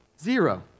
Zero